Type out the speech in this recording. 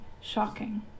shocking